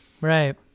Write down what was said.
Right